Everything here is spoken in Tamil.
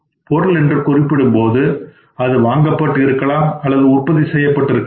பொருள் என்று குறிப்பிடும்போது அது வாங்கப்பட்டு இருக்கலாம் அல்லது உற்பத்தி செய்யப்பட்டு இருக்கலாம்